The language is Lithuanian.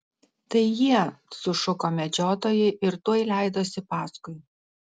tai jie sušuko medžiotojai ir tuoj leidosi paskui